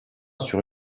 sur